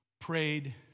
Prayed